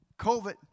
COVID